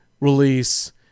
release